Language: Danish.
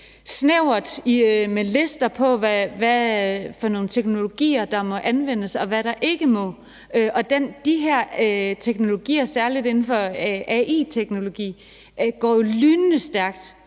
snævert med lister over, hvad for nogle teknologier der må anvendes, og hvad der ikke må. De her teknologier, særlig inden for AI-teknologi, går jo lynende stærkt.